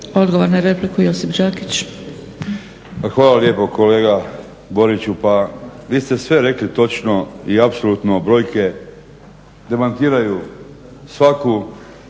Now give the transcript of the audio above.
Đakić. **Đakić, Josip (HDZ)** Hvala lijepo kolega Boriću. Pa vi ste sve rekli točno i apsolutno brojke demantiraju svaku